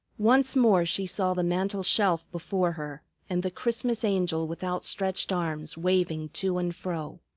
once more she saw the mantel-shelf before her and the christmas angel with outstretched arms waving to and fro.